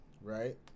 right